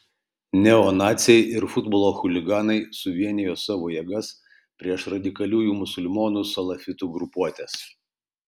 neonaciai ir futbolo chuliganai suvienijo savo jėgas prieš radikaliųjų musulmonų salafitų grupuotes